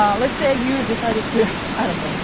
um let's say you decided to i don't know,